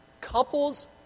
couples